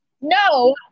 No